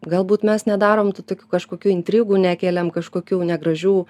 galbūt mes nedarom tų tokių kažkokių intrigų nekeliam kažkokių negražių